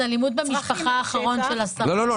אז אלימות במשפחה אחרון --- לא,